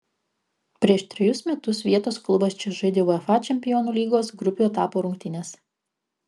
prieš trejus metus vietos klubas čia žaidė uefa čempionų lygos grupių etapo rungtynes